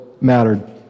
mattered